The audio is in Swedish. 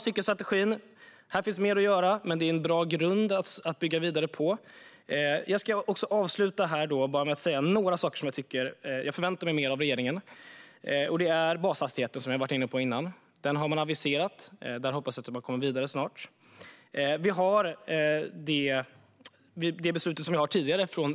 Cykelstrategin finns. Här finns mer att göra, men det är en bra grund att bygga vidare på. Jag ska avsluta med saker där jag förväntar mig mer av regeringen. Det gäller bashastigheten, som jag har varit inne på tidigare. Den har man aviserat, och där hoppas jag att man snart kommer vidare. Vi har det tidigare beslutet